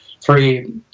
free